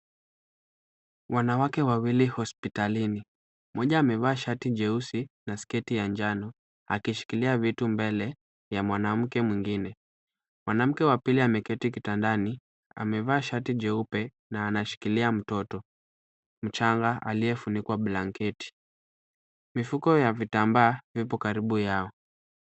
Wanawake wawili hospitalini ,mmoja amevaa shati jeusi na sketi ya njano akishikilia vitu mbele ya mwanamke mwingine . Mwanamke wa pili ameketi kitandani amevaa shati jeupe na anashikilia mtoto mchanga aliyefunikwa blanketi . Mifuko ya vitambaa ipo karibu yao.